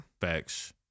Facts